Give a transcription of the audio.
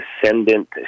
descendant